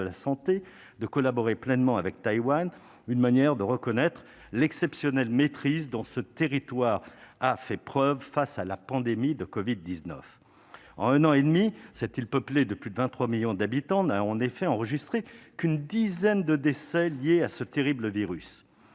de la santé de collaborer pleinement avec Taïwan, une manière de reconnaître l'exceptionnelle maîtrise dont ce territoire a fait preuve face à la pandémie de covid-19. En un an et demi, cette île peuplée de plus de 23 millions d'habitants n'a en effet enregistré qu'une dizaine de décès liés à ce terrible virus,